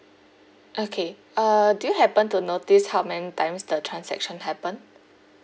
okay uh do you happen to notice how many times the transaction happened